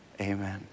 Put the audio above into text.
amen